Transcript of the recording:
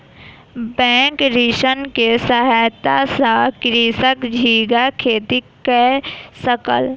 bank ऋण के सहायता सॅ कृषक झींगा खेती कय सकल